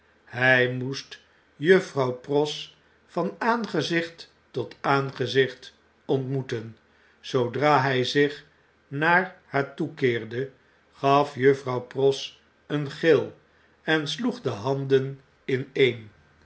hjj moest juffrouw pross van aangezicht tot aangezicht ontmoeten zoodra hjj zich naar haar toekeerde gaf juffrouw pross een gil en sloeg de handen ineen